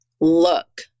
look